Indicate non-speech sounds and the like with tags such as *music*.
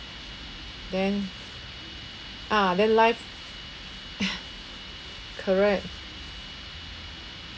then ah then life *laughs* correct